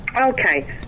Okay